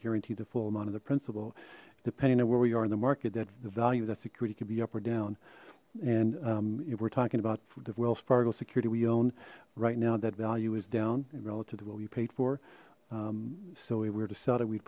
guaranteed the full amount of the principal depending on where we are in the market that the value of that security could be up or down and we're talking about the wells fargo security we own right now that value is down and relative to what we paid for so we're decided we'd